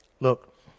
Look